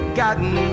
gotten